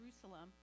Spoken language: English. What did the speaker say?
Jerusalem